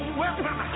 weapon